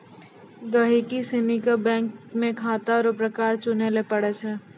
गहिकी सनी के बैंक मे खाता रो प्रकार चुनय लै पड़ै छै